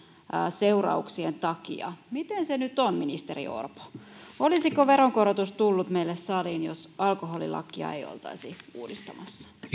seurauksien takia miten se nyt on ministeri orpo olisiko veronkorotus tullut meille saliin jos alkoholilakia ei oltaisi uudistamassa